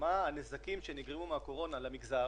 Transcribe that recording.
מה הנזקים שנגרמו מן הקורונה למגזר